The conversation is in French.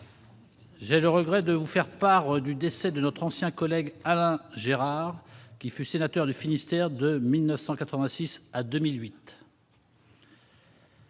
j'ai le regret de vous faire part du décès de notre ancien collègue Alain Gérard, sénateur du Finistère de 1986 à 2008.